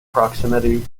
proximity